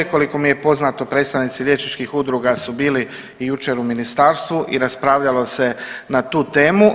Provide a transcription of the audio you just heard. Koliko mi je poznato predstavnici liječničkih udruga su bili i jučer u ministarstvu i raspravljalo se na tu temu.